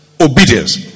Obedience